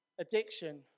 Addiction